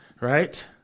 right